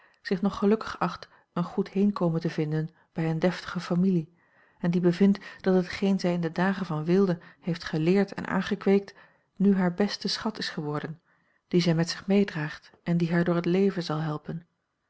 zich nog gelukkig acht een goed heenkomen te vinden bij een deftige familie en die bevindt dat hetgeen zij in de dagen van weelde heeft geleerd en aangekweekt nu haar beste schat is geworden dien zij met zich meedraagt en die haar door het leven zal helpen